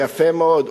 יפה מאוד,